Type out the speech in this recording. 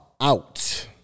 out